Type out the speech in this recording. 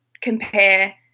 compare